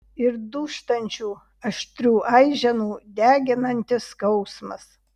ir dūžtančių aštrių aiženų deginantis skausmas